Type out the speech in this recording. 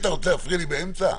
אתה רוצה להפריע לי באמצע?